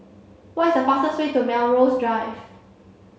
what is the fastest way to Melrose Drive